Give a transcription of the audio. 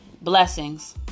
Blessings